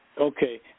Okay